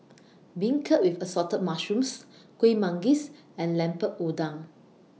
Beancurd with Assorted Mushrooms Kueh Manggis and Lemper Udang